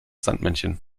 sandmännchen